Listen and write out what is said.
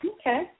Okay